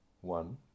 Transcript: One